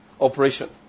operation